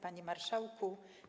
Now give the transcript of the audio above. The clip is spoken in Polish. Panie Marszałku!